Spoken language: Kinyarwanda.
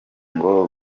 ngo